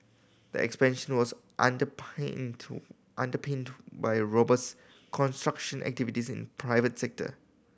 the expansion was under paint underpinned by robust construction activities in private sector